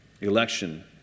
Election